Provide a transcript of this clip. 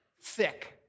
thick